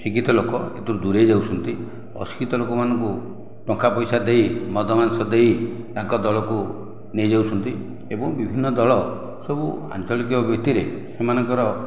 ଶିକ୍ଷିତ ଲୋକ ଏଥିରୁ ଦୂରେଇ ଯାଉଛନ୍ତି ଅଶିକ୍ଷିତ ଲୋକମାନଙ୍କୁ ଟଙ୍କାପଇସା ଦେଇ ମଦ ମାଂସ ଦେଇ ତାଙ୍କ ଦଳକୁ ନେଇଯାଉଛନ୍ତି ଏବଂ ବିଭିନ୍ନ ଦଳ ସବୁ ଆଞ୍ଚଳିକ ଭିତ୍ତିରେ ସେମାନଙ୍କର